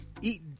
eat